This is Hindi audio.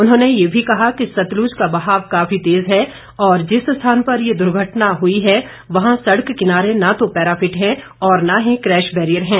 उन्होंने ये भी कहा कि सतलुज का बहाव काफी तेज है और जिस स्थान पर ये दुर्घटना हुई है वहां सड़क किनारे न तो पैराफिट है और न ही क्रैश बैरियर है